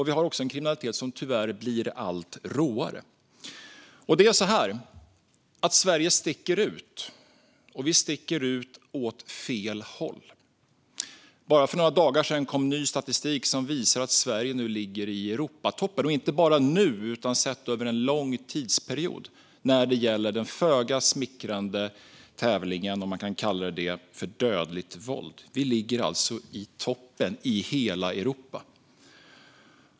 Vi har också en kriminalitet som tyvärr blir allt råare. Sverige sticker ut, och vi gör det åt fel håll. Bara för några dagar sedan kom ny statistik som visar att Sverige nu ligger i Europatoppen - och inte bara nu, utan sett över en lång tidsperiod - i den föga smickrande tävlingen, om man kalla det så, om dödligt våld. Vi ligger alltså i toppen i hela Europa.